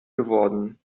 geworden